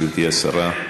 גברתי השרה.